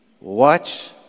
Watch